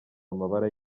amabara